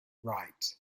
wright